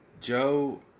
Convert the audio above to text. Joe